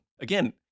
Again